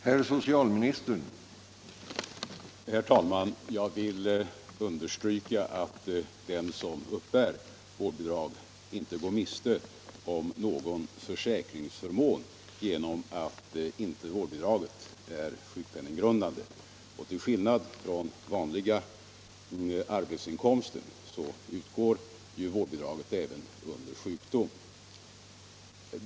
Herr talman! Jag vill understryka att den som uppbär vårdbidrag inte går miste om någon försäkringsförmån genom att vårdbidraget inte är sjukpenninggrundande och att vårdbidraget, till skillnad från vanliga arbetsinkomster, ju utgår även under sjukdom.